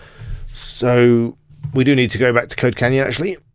so we do need to go back to codecanyon actually.